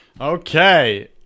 Okay